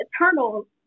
Eternals